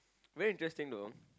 very interesting though